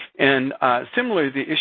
and similarly, the issue